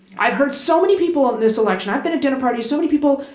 i've heard so many people in this election i've been at dinner parties so many people,